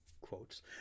quotes